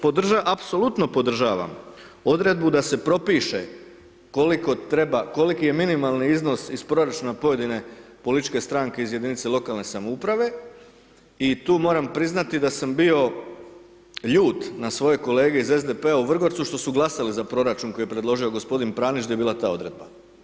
Podržavam, apsolutno podržavam odredbu da se propiše koliko treba, koliki je minimalni iznos iz proračuna pojedine političke stranke iz jedinice lokalne samouprave i tu moram priznati da sam bio ljut na svoje kolege iz SDP-a u Vrgorcu što su glasali za proračun koji je predložio gospodin Pranić di je bila ta odredba.